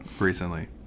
recently